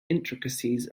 intricacies